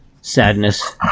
Sadness